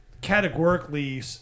categorically